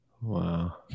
Wow